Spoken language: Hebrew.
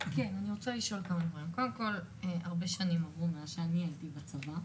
הרבה שנים עברו מאז אני הייתי בצבא.